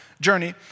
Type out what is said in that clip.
journey